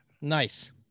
Nice